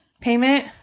payment